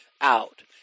out